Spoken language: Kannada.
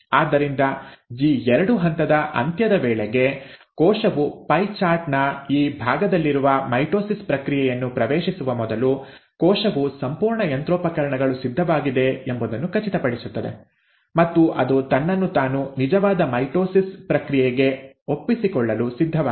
ಆದ್ದರಿಂದ ಜಿ2 ಹಂತದ ಅಂತ್ಯದ ವೇಳೆಗೆ ಕೋಶವು ಪೈ ಚಾರ್ಟ್ನ ಈ ಭಾಗದಲ್ಲಿರುವ ಮೈಟೊಸಿಸ್ ಪ್ರಕ್ರಿಯೆಯನ್ನು ಪ್ರವೇಶಿಸುವ ಮೊದಲು ಕೋಶವು ಸಂಪೂರ್ಣ ಯಂತ್ರೋಪಕರಣಗಳು ಸಿದ್ಧವಾಗಿದೆ ಎಂಬುದನ್ನು ಖಚಿತಪಡಿಸುತ್ತದೆ ಮತ್ತು ಅದು ತನ್ನನ್ನು ತಾನು ನಿಜವಾದ ಮೈಟೊಸಿಸ್ ಪ್ರಕ್ರಿಯೆಗೆ ಒಪ್ಪಿಸಿಕೊಳ್ಳಲು ಸಿದ್ಧವಾಗಿದೆ